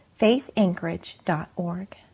faithanchorage.org